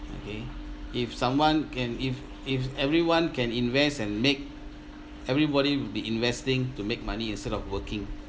okay if someone can if if everyone can invest and make everybody will be investing to make money instead of working